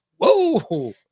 whoa